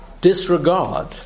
disregard